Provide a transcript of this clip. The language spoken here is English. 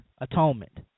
atonement